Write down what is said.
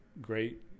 great